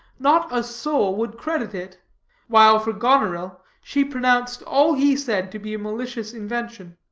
not a soul would credit it while for goneril, she pronounced all he said to be a malicious invention.